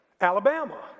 Alabama